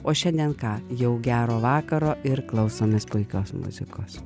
o šiandien ką jau gero vakaro ir klausomės puikios muzikos